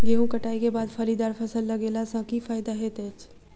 गेंहूँ कटाई केँ बाद फलीदार फसल लगेला सँ की फायदा हएत अछि?